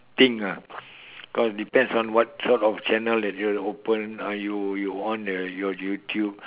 think lah because depends on what sort of channel that you open uh you you on the your YouTube